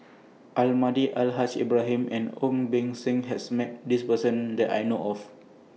Almahdi Al Haj Ibrahim and Ong Beng Seng has Met This Person that I know of